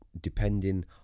depending